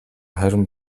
харин